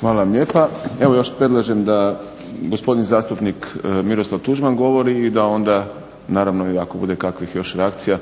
Hvala vam lijepa. Evo još predlažem da gospodin zastupnik Miroslav Tuđman govori i da onda naravno i ako bude još kakvih reakcija